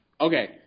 Okay